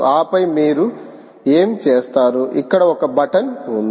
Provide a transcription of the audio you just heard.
ఆపై మీరు ఏమి చేస్తారు ఇక్కడ ఒక బటన్ ఉంది